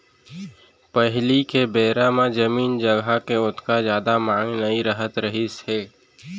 पहिली के बेरा म जमीन जघा के ओतका जादा मांग नइ रहत रहिस हे